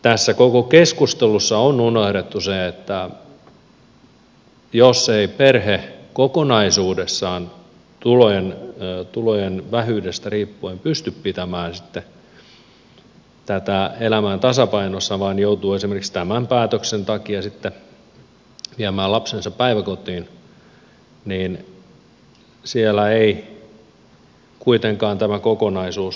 tässä koko keskustelussa on unohdettu se että jos ei perhe kokonaisuudessaan tulojen vähyydestä riippuen pysty pitämään sitten tätä elämää tasapainossa vaan joutuu esimerkiksi tämän päätöksen takia sitten viemään lapsensa päiväkotiin niin siellä ei kuitenkaan tämä kokonaisuus parane